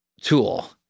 tool